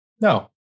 No